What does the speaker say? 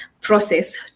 process